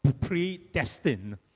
predestined